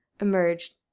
emerged